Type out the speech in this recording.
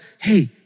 hey